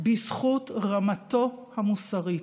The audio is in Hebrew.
בזכות רמתו המוסרית,